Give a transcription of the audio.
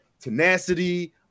tenacity